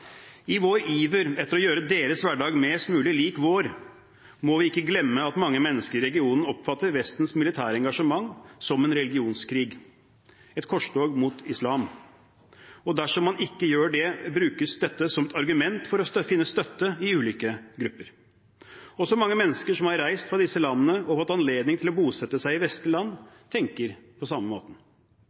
I vår iver etter å gjøre deres hverdag mest mulig lik vår må vi ikke glemme at mange mennesker i regionen oppfatter Vestens militære engasjement som en religionskrig – et korstog mot islam. Dersom man gjør det, brukes dette som et argument for å finne støtte i ulike grupper. Også mange mennesker som har reist fra disse landene og har hatt anledning til å bosette seg i vestlige land, tenker på samme måten.